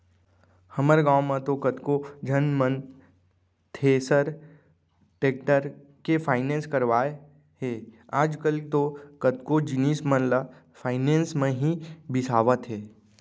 हमर गॉंव म तो कतको झन मन थेरेसर, टेक्टर के फायनेंस करवाय करवाय हे आजकल तो कतको जिनिस मन ल फायनेंस म ही बिसावत हें